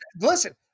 listen